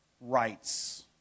rights